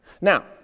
Now